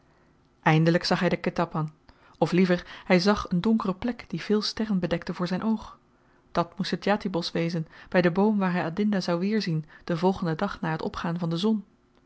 eindelyk zag hy den ketapan of liever hy zag een donkere plek die veel sterren bedekte voor zyn oog dat moest het djati bosch wezen by den boom waar hy adinda zou weerzien den volgenden dag na t opgaan van de zon